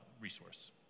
resource